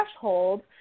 threshold